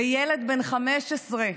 וילד בן 15,